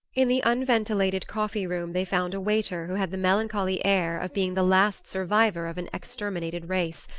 in the unventilated coffee-room they found a waiter who had the melancholy air of being the last survivor of an exterminated race,